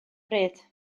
bryd